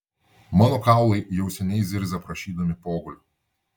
mano kaulai jau seniai zirzia prašydami pogulio